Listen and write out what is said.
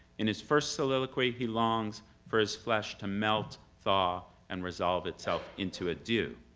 in his first soliloquy, he longs for his flesh to melt, thaw and resolve itself into a dew.